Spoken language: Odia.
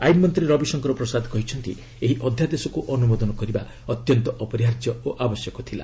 ଆଇନମନ୍ତ୍ରୀ ରବିଶଙ୍କର ପ୍ରସାଦ କହିଛନ୍ତି ଏହି ଅଧ୍ୟାଦେଶକୁ ଅନୁମୋଦନ କରିବା ଅତ୍ୟନ୍ତ ଅପରିହାର୍ଯ୍ୟ ଓ ଆବଶ୍ୟକ ଥିଲା